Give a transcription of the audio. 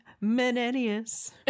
Menenius